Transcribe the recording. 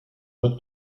wird